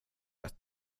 ett